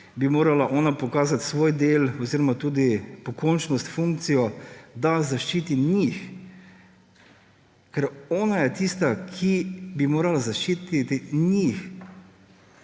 bi morala ona pokazati svoj del oziroma tudi pokončnost, funkcijo, da zaščiti njih, ker ona je tista, ki bi morala zaščititi njih;